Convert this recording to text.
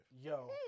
Yo